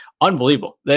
unbelievable